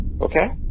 Okay